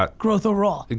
but growth overall.